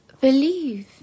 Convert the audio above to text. believe